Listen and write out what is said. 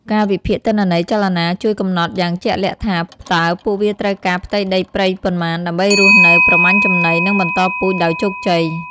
ការវិភាគទិន្នន័យចលនាជួយកំណត់យ៉ាងជាក់លាក់ថា តើពួកវាត្រូវការផ្ទៃដីព្រៃប៉ុន្មាន ដើម្បីរស់នៅ ប្រមាញ់ចំណី និងបន្តពូជដោយជោគជ័យ។